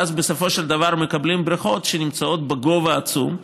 ואז בסופו של דבר מקבלים בריכות שנמצאות בגובה עצום.